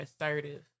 assertive